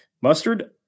mustard